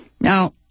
Now